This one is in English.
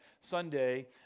Sunday